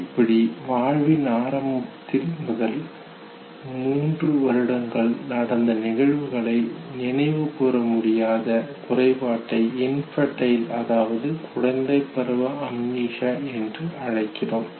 இப்படி வாழ்வின் ஆரம்பத்தில் முதல் மூன்று வருடங்களில் நடந்த நிகழ்வுகளை நினைவு கூறமுடியாத குறைபாட்டை இன்ஃபன்டயில் அதாவது குழந்தைப்பருவ அம்னீசியா மறதி நோய் என்று அழைக்கிறோம்